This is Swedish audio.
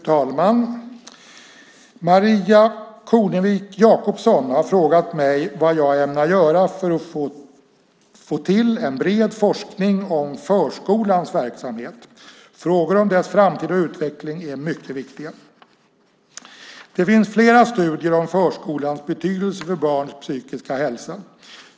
Fru talman! Maria Kornevik Jakobsson har frågat mig vad jag ämnar göra för att få till en bred forskning om förskolans verksamhet. Frågor om dess framtida utveckling är mycket viktiga. Det finns flera studier om förskolans betydelse för barns psykiska hälsa.